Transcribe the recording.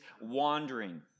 wandering